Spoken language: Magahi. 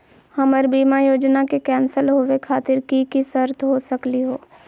हमर बीमा योजना के कैन्सल होवे खातिर कि कि शर्त हो सकली हो?